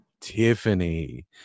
Tiffany